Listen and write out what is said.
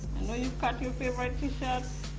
know you've cut your favorite t-shirt